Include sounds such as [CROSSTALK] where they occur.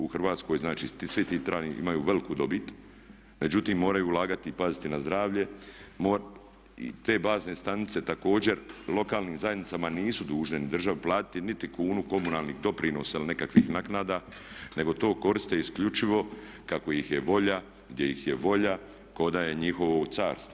U Hrvatskoj, znači svi ti … [UNINTELLIGIBLE] imaju veliku dobit, međutim moraju ulagati pazite na zdravlje, te bazne stanice također lokalnim zajednicama nisu dužne ni državi platiti niti kunu komunalnih doprinosa ili nekakvih naknada, nego to koriste isključivo kako ih je volja, gdje ih je volja ko da je njihovo carstvo.